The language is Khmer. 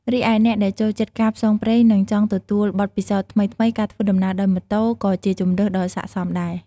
រីឯអ្នកដែលចូលចិត្តការផ្សងព្រេង និងចង់ទទួលបទពិសោធន៍ថ្មីៗ ការធ្វើដំណើរដោយម៉ូតូ ក៏ជាជម្រើសដ៏ស័ក្តិសមដែរ។